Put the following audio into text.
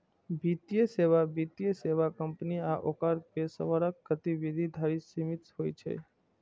वित्तीय सेवा वित्तीय सेवा कंपनी आ ओकर पेशेवरक गतिविधि धरि सीमित होइ छै